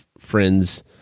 Friends